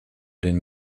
den